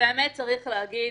את האמת צריך להגיד,